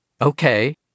Okay